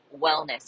wellness